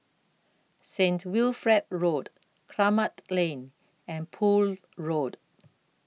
Saint Wilfred Road Kramat Lane and Poole Road